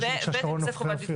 כמו שביקשה שרון רופא אופיר.